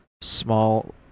small